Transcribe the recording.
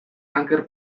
anker